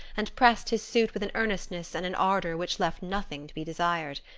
and pressed his suit with an earnestness and an ardor which left nothing to be desired.